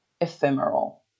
ephemeral